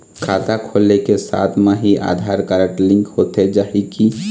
खाता खोले के साथ म ही आधार कारड लिंक होथे जाही की?